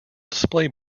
display